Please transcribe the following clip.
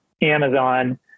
Amazon